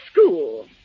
school